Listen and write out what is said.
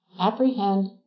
apprehend